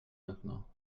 maintenant